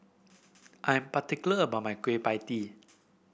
I am particular about my Kueh Pie Tee